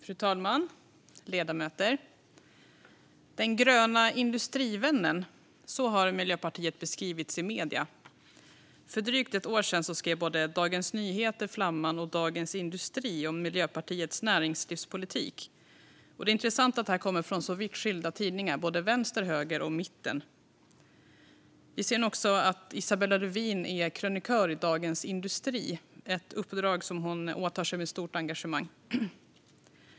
Fru talman! Ledamöter! Den gröna industrivännen - så har Miljöpartiet beskrivits i medier. För drygt ett år sedan skrev Dagens Nyheter, Flamman och Dagens industri om Miljöpartiets näringslivspolitik. Det är intressant att detta kommer från så vitt skilda tidningar - vänster, höger och mitten. Vi ser nu också att Isabella Lövin är krönikör i Dagens industri. Det är ett uppdrag som hon åtar sig med stort engagemang.